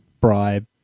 bribe